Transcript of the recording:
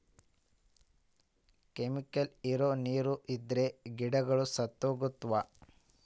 chemical ಇರೋ ನೀರ್ ಇದ್ರೆ ಗಿಡಗಳು ಸತ್ತೋಗ್ತವ